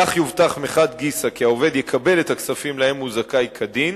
כך יובטח מחד גיסא כי העובד יקבל את הכספים שהוא זכאי להם כדין,